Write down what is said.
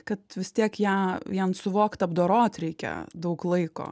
kad vis tiek ją vien suvokt apdorot reikia daug laiko